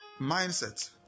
mindset